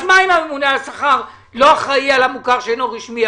אז מה אם הממונה על השכר לא אחראי על המוכר שאינו רשמי?